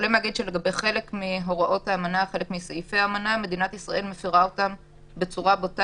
לגבי חלק מסעיפי האמנה מדינת ישראל מפרה אותם בצורה ברורה.